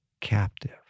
captive